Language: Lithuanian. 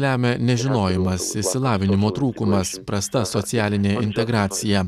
lemia nežinojimas išsilavinimo trūkumas prasta socialinė integracija